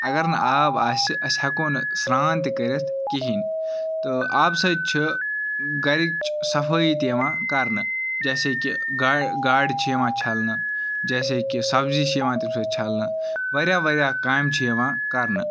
اَگر نہٕ آب آسہِ أسۍ ہیٚکو نہٕ سران تہِ کٔرِتھ کِہیٖنۍ تہٕ آبہٕ سۭتۍ چھِ گَرِچ صَفٲیی تہِ یِوان کَرنہٕ جیسے کہِ گا گاڈٕ چھِ یِوان چھَلنہٕ جیسے کہِ سَبزی چھِ یِوان تمہِ سۭتۍ چھَلنہٕ واریاہ واریاہ کامہِ چھِ یِوان کَرنہٕ